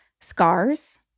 scars